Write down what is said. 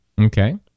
Okay